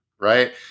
Right